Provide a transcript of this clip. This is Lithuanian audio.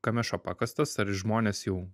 kame šuo pakastas ar žmonės jau